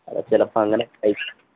അതു ചിലപ്പോഴങ്ങനെ അത്